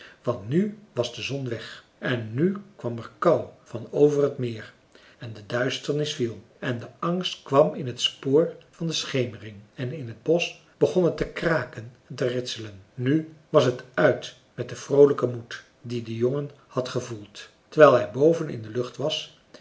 want nu was de zon weg en nu kwam er kou van over t meer en de duisternis viel en de angst kwam in t spoor van de schemering en in t bosch begon het te kraken en te ritselen nu was het uit met den vroolijken moed dien de jongen had gevoeld terwijl hij boven in de lucht was